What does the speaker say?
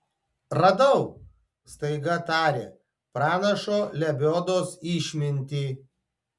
radau staiga tarė pranašo lebiodos išmintį